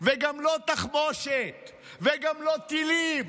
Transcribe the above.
וגם לא תחמושת וגם לא טילים.